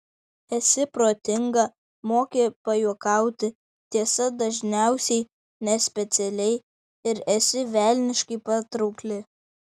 esi protinga moki pajuokauti tiesa dažniausiai nespecialiai ir esi velniškai patraukli